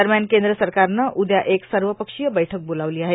दरम्यान केंद्र सरकारनं उद्या एक सर्वपक्षीय बैठक बोलावली आहे